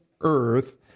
earth